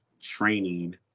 training